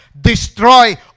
destroy